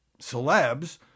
celebs